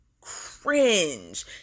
cringe